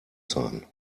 sein